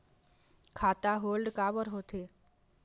खाता होल्ड काबर होथे?